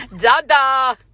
Dada